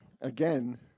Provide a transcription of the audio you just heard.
again